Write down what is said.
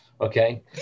okay